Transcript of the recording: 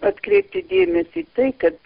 atkreipti dėmesį į tai kad